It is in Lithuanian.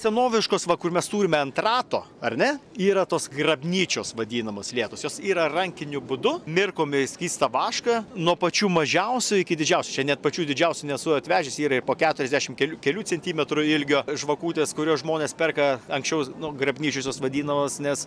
senoviškos va kur mes turime ant rato ar ne yra tos grabnyčios vadinamos lietos jos yra rankiniu būdu mirkom į skystą vašką nuo pačių mažiausių iki didžiausių čia net pačių didžiausių nesu atvežęs yra ir po keturiasdešim kel kelių centimetrų ilgio žvakutės kurias žmonės perka anksčiau nu grabnyčios jos vadinamos nes